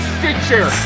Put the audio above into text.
Stitcher